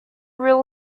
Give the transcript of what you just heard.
real